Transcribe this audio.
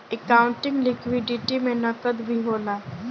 accounting liquidity में नकद भी होला